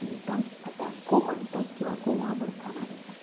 आनी तोच आतां गोमंतक किंवा गोवा म्हण फामाद आसा